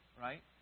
right